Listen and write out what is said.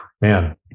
man